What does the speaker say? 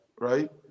right